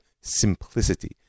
simplicity